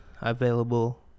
available